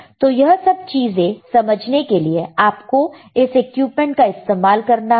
तो यह सब चीजें समझने के लिए आपको इस इक्विपमेंट का इस्तेमाल करना होगा